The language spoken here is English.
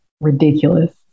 Ridiculous